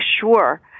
sure